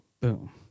boom